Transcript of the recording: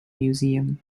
museum